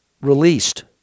released